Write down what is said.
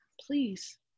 please